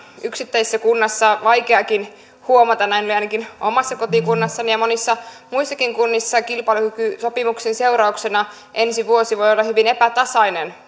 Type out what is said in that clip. yksittäisessä kunnassa vaikeakin huomata näin on ainakin omassa kotikunnassani ja monissa muissakin kunnissa kilpailukykysopimuksen seurauksena ensi vuosi voi olla hyvin epätasainen